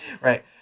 Right